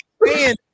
man